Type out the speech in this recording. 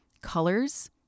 colors